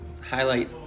highlight